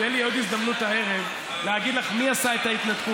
תהיה לי עוד הזדמנות הערב להגיד לך מי עשה את ההתנתקות,